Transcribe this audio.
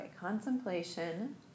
contemplation